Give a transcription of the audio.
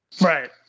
Right